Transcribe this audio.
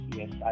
yes